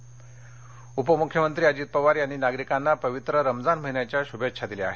अजित पवार उपमुख्यमंत्री अजित पवार यांनी नागरिकांना पवित्र रमजान महिन्याच्या शुभेच्छा दिल्या आहेत